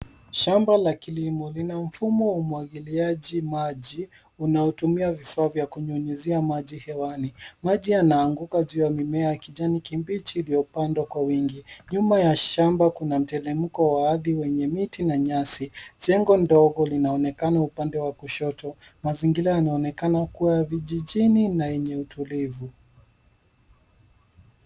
Shamba la kilimo. Lina mfumo wa umwagiliaji maji unaotumia vifaa vya kunyunyuzia maji hewani. Maji yanaanguka juu ya mimea ya kijani kibichi iliyopandwa kwa wingi. Nyuma ya shamba kuna mteremko wa ardhi wenye miti na nyasi. Jengo ndogo linaonekana upande wa kushoto. Mazingira yanaonekana kuwa ya vijijini na yenye utulivu.